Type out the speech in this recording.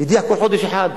הדיח כל חודש אחד,